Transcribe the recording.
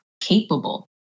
capable